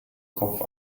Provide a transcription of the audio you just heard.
kopf